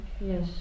Yes